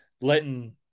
letting